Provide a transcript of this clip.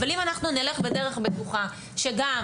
אבל אם אנחנו נלך בדרך בטוחה שגם,